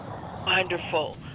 Wonderful